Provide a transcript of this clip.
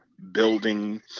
Building